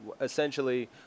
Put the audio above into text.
essentially